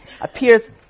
appears